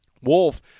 Wolf